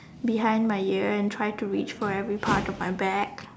behind my ear and try to reach for every part of my back